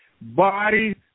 body